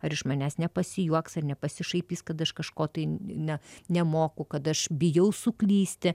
ar iš manęs nepasijuoks ar nepasišaipys kad aš kažko tai ne nemoku kad aš bijau suklysti